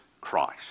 Christ